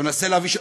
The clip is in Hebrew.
אתה מנסה להביא,